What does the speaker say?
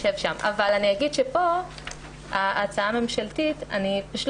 אבל אגיד שפה בהצעה הממשלתית אני פשוט